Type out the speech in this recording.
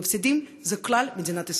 המפסידים זה כלל מדינת ישראל.